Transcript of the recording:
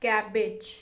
cabbage